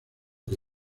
que